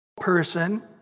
person